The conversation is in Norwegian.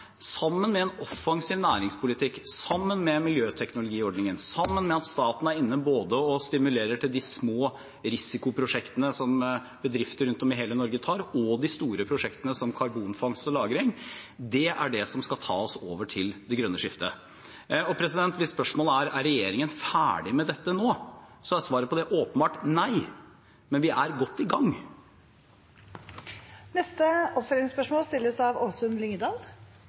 sammen med en offensiv næringspolitikk, sammen med miljøteknologiordningen, sammen med at staten er inne og stimulerer til både de små risikoprosjektene som bedrifter rundt om i hele Norge tar, og de store prosjektene, som karbonfangst og -lagring, er det som skal ta oss over til det grønne skiftet. Hvis spørsmålet er om regjeringen er ferdig med dette nå, er svaret på det åpenbart nei, men vi er godt i gang. Åsunn Lyngedal – til oppfølgingsspørsmål.